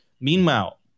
Meanwhile